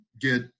get